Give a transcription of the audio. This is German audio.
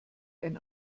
ein